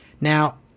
Now